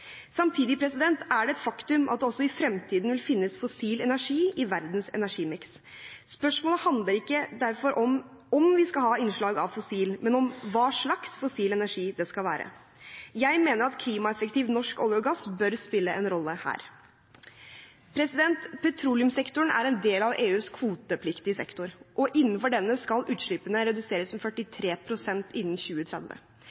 Samtidig er det et faktum at det også i fremtiden vil finnes fossil energi i verdens energimiks. Spørsmålet handler derfor ikke om hvorvidt vi skal ha innslag av fossil energi, men om hva slags fossil energi det skal være. Jeg mener at klimaeffektiv norsk olje og gass bør spille en rolle her. Petroleumssektoren er en del av EUs kvotepliktige sektor, og innenfor denne skal utslippene reduseres med